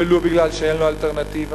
ולו בגלל שאין לו אלטרנטיבה,